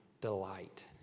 delight